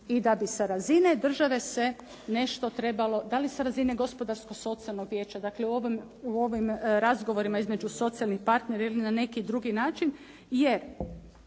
i da bi sa razine države se nešto trebalo, da li sa razine Gospodarsko-socijalnog vijeća, dakle u ovim razgovorima između socijalnih partnera ili na neki drugi način, jer